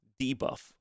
debuff